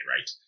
right